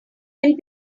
will